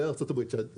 בארצות הברית.